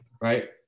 right